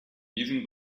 diesen